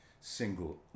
single